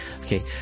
Okay